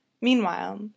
Meanwhile